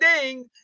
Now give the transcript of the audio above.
ding